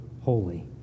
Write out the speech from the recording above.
holy